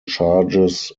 charges